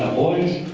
boys